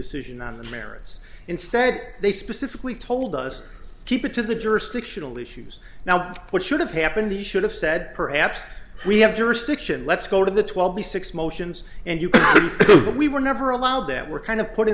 decision on the merits instead they specifically told us keep it to the jurisdictional issues now what should have happened he should have said perhaps we have jurisdiction let's go to the twelve the six motions and you know we were never allowed that we're kind of put